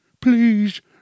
Please